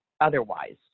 otherwise